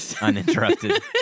uninterrupted